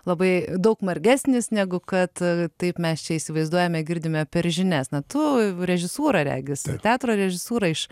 labai daug margesnis negu kad taip mes čia įsivaizduojame girdime per žinias na tu režisūrą regis teatro režisūrą iš